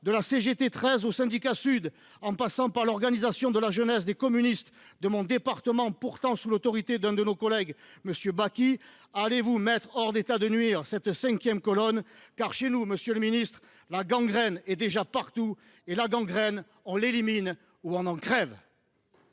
CGT 13 au syndicat Sud, en passant par l’organisation de jeunesse des communistes de mon département, pourtant sous l’autorité de l’un de nos collègues, M. Jérémy Bacchi ? Allez-vous mettre hors d’état de nuire cette cinquième colonne ? Chez nous, monsieur le ministre, la gangrène est déjà partout. Or, la gangrène, on l’élimine ou on en crève